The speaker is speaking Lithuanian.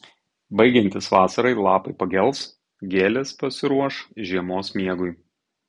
baigiantis vasarai lapai pagels gėlės pasiruoš žiemos miegui